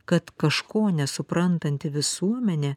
kad kažko nesuprantanti visuomenė